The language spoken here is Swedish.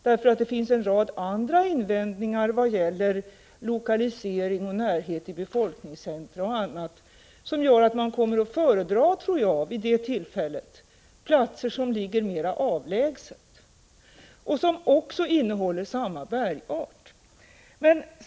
Det finns nämligen en rad andra invändningar vad gäller lokalisering, närhet till befolkningscentra etc. som gör, tror jag, att man vid det aktuella tillfället kommer att föredra platser som ligger mera avlägset och där samma bergart finns.